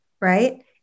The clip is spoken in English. right